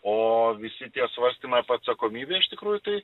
o visi tie svarstymai apie atsakomybę iš tikrųjų tai